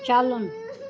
چلُن